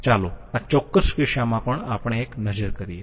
ચાલો આ ચોક્કસ કિસ્સામાં પર આપણે એક નજર કરીયે